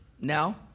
now